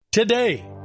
Today